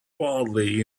wildly